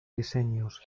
diseños